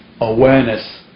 awareness